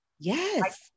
Yes